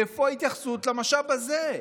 איפה ההתייחסות למשאב הזה,